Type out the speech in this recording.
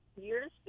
Years